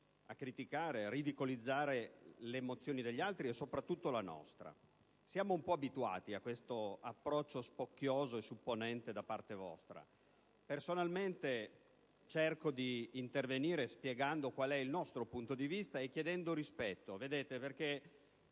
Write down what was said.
criticare, ridicolizzare le mozioni degli altri, e soprattutto la nostra. Siamo un po' abituati a questo approccio spocchioso e supponente da parte vostra; personalmente cerco di intervenire spiegando qual è il nostro punto di vista e chiedendo rispetto. Vedete,